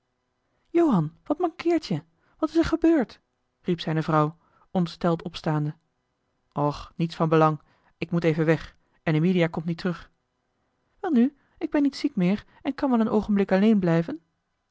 johan wat mankeert je wat is er gebeurd riep zijne vrouw ontsteld opstaande och niets van belang ik moet even weg en emilia komt niet terug welnu ik ben niet ziek meer en kan wel een oogenblik alleen blijven